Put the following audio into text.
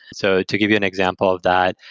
so to give you an example of that,